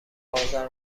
آذر